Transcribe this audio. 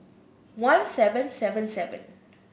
one seven seven seven